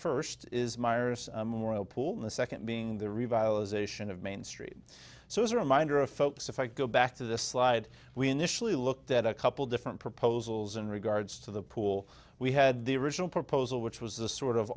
first is meyer's moral poor and the second being the revitalization of main street so it's a reminder of folks if i go back to the slide we initially looked at a couple different proposals in regards to the pool we had the original proposal which was a sort of